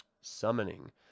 Summoning